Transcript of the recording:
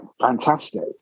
fantastic